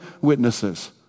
witnesses